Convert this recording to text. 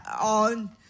on